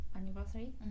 anniversary